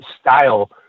style